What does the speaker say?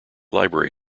library